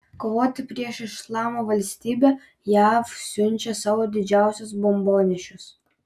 kovoti prieš islamo valstybę jav siunčia savo didžiausius bombonešius